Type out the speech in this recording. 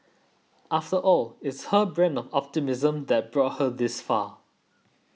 after all it's her brand of optimism that brought her this far